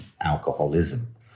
alcoholism